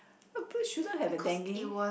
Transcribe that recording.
that place shouldn't have a dengue